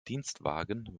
dienstwagen